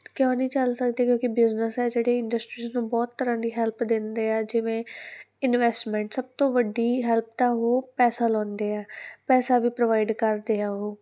ਕਿਉਂ ਨਹੀਂ ਚੱਲ ਸਕਦੇ ਕਿਉਂਕਿ ਬਿਜ਼ਨਸ ਹੈ ਜਿਹੜੇ ਇੰਡਸਟਰੀਜ ਨੂੰ ਬਹੁਤ ਤਰ੍ਹਾਂ ਦੀ ਹੈਲਪ ਦਿੰਦੇ ਆ ਜਿਵੇਂ ਇਨਵੈਸਟਮੈਂਟ ਸਭ ਤੋਂ ਵੱਡੀ ਹੈਲਪ ਤਾਂ ਉਹ ਪੈਸਾ ਲਾਉਂਦੇ ਆ ਪੈਸਾ ਵੀ ਪ੍ਰੋਵਾਈਡ ਕਰਦੇ ਆ ਉਹ